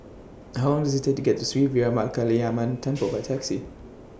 How Long Does IT Take to get to Sri Veeramakaliamman Temple By Taxi